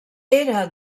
era